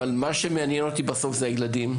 אבל מה שמעניין אותי בסוף זה הילדים,